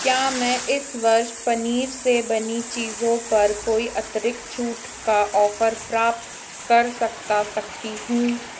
क्या मैं इस वर्ष पनीर से बनी चीज़ों पर कोई अतिरिक्त छूट का ऑफ़र प्राप्त कर सकता सकती हूँ